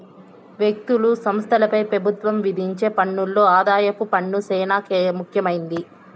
వ్యక్తులు, సంస్థలపై పెబుత్వం విధించే పన్నుల్లో ఆదాయపు పన్ను సేనా ముఖ్యమైంది